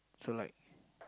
so like